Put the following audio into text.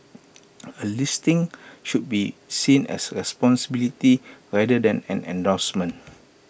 A listing should be seen as A responsibility rather than an endorsement